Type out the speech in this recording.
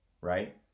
right